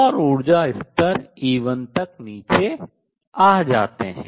और ऊर्जा स्तर E1 तक नीचे आ जाते हैं